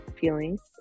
feelings